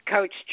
Coach